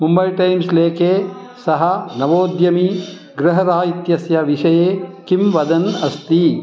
Mumbai Times लेखे सः नवोद्यमी गृहराहित्यस्य विषये किं वदन् अस्ति